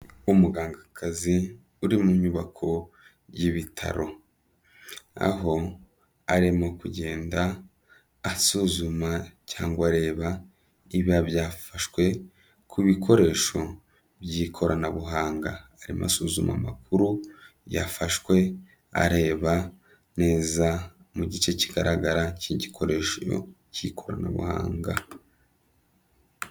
Umugangakazi uri mu nyubako y'ibitaro, aho arimo kugenda asuzuma cyangwa areba ibiba byafashwe ku bikoresho by'ikoranabuhanga arimo asuzuma amakuru yafashwe areba neza mu gice kigaragara k'igikoresho cy'ikoranabuhanga.